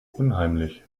unheimlich